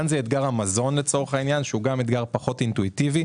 יש את אתגר המזון, שהוא אתגר פחות אינטואיטיבי.